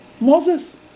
Moses